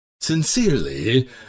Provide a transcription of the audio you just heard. Sincerely